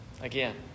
again